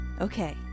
Okay